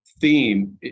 theme